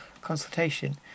consultation